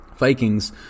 Vikings